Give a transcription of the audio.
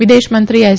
વિદેશ મંત્રી એસ